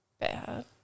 bad